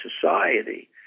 society